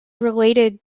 related